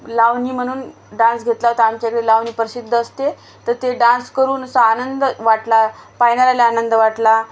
लावणी म्हणून डान्स घेतला होता आमच्याकडे लावणी प्रसिद्ध असते तर ते डान्स करून असा आनंद वाटला पाहणाऱ्याला आनंद वाटला